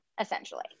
essentially